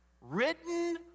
Written